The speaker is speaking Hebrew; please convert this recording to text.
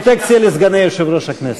פרוטקציה לסגני יושב-ראש הכנסת.